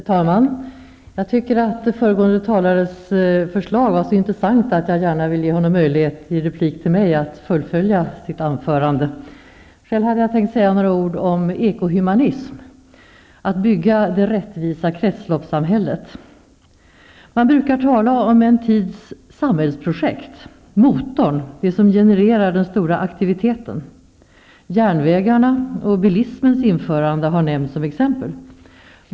Fru talman! Jag tycker att föregående talares förslag var så intressanta att jag gärna vill ge honom möjlighet att i replik till mig fullfölja sitt anförande. Själv har jag tänkt säga några ord om ekohumanism; att bygga det rättvisa kretsloppssamhället. Man brukar tala om en tids ''samhällsprojekt'', motorn, det som genererar den stora aktiviteten. Järnvägarna och bilismens införande har nämnts som exempel.